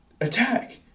Attack